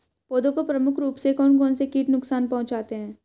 पौधों को प्रमुख रूप से कौन कौन से कीट नुकसान पहुंचाते हैं?